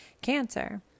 cancer